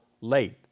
late